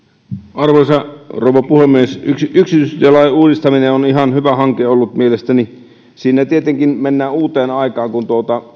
arvoisa rouva puhemies yksityistielain uudistaminen on ihan hyvä hanke ollut mielestäni siinä tietenkin mennään uuteen aikaan kun